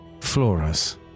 Flora's